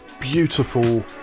beautiful